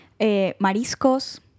mariscos